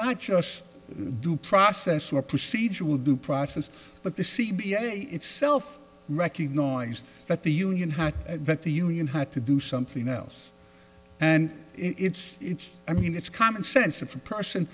not just due process or procedure will do process but the c b i itself recognized that the union had that the union had to do something else and it's it's i mean it's common sense of a person